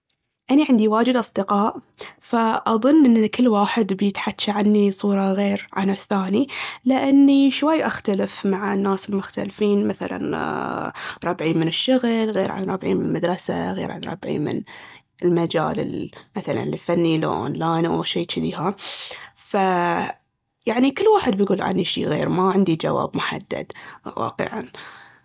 أني عندي واجد أصدقاء فأضن ان كل واحد بيتحجى عني بصورة غير عن الثاني لأني شوي أختلف مع الناس المختلفين. مثلاً ربعي من الشغل على ربعي من المدرسة على ربعي من مثلاً المجال الفني لو أونلاين لو شي جديها. فيعني كل واحد يقول عني شي غير ما عندي جواب محدد واقعاً.